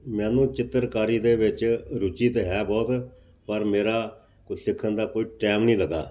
ਮੈਨੂੰ ਚਿੱਤਰਕਾਰੀ ਦੇ ਵਿੱਚ ਰੁਚੀ ਤਾਂ ਹੈ ਬਹੁਤ ਪਰ ਮੇਰਾ ਕੁਛ ਸਿੱਖਣ ਦਾ ਕੋਈ ਟਾਈਮ ਨਹੀਂ ਲੱਗਾ